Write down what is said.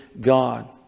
God